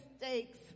mistakes